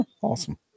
Awesome